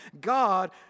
God